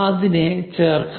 അതിനെ ചേർക്കാം